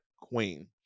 queen